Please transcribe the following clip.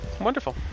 Wonderful